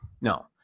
no